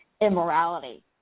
immorality